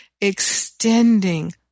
extending